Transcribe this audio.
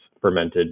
fermented